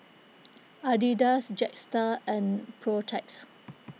Adidas Jetstar and Protex